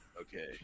Okay